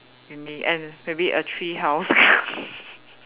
in the end maybe a tree house